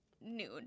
noon